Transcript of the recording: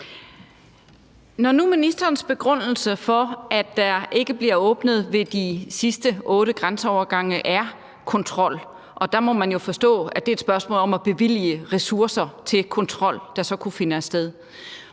Når nu ministerens begrundelse for, at der ikke bliver åbnet ved de sidste otte grænseovergange, er kontrol – og der må man jo forstå, at det er et spørgsmål om at bevilge ressourcer til kontrol, der så kunne finde sted